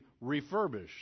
refurbished